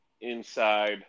inside